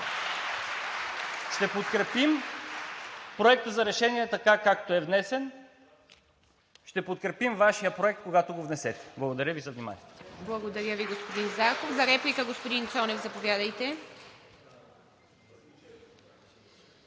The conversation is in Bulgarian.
Ще подкрепим Проекта за решение така, както е внесен. Ще подкрепим Вашия проект, когато го внесете. Благодаря Ви за вниманието.